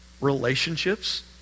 relationships